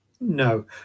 No